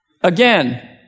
Again